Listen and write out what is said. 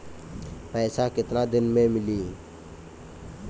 पैसा केतना दिन में मिली?